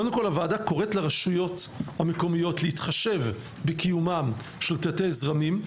קודם כל הוועדה קוראת לרשויות המקומיות להתחשב בקיומם של תתי זרמים,